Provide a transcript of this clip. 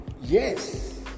Yes